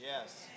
Yes